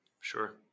Sure